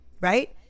right